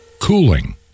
cooling